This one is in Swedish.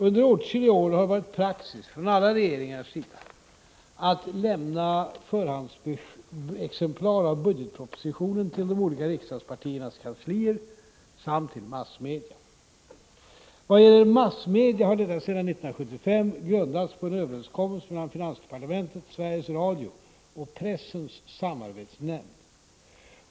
Under åtskilliga år har det varit praxis — från alla regeringars sida — att lämna förhandsexemplar av budgetpropositionen till de olika riksdagspartiernas kanslier, samt till massmedia. Vad gäller massmedia har detta sedan 1975 grundats på en överenskommelse mellan finansdepartementet, Sveriges Radio och pressens samarbetsnämnd.